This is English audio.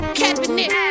cabinet